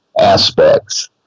aspects